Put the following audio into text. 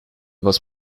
was